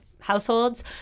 households